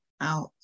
out